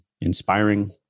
inspiring